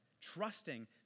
Trusting